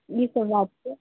ईसब बात छै